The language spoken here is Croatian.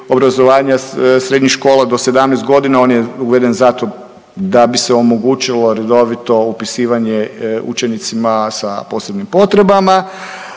obrazovanja srednjih škola do 17 godina. On je uveden zato da bi se omogućilo redovito upisivanje učenicima sa posebnim potrebama.